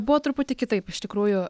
buvo truputį kitaip iš tikrųjų